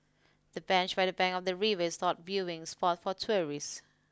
the bench by the bank of the river is hot viewing spot for tourists